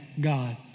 God